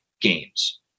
games